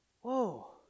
Whoa